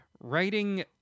writing